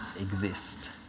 exist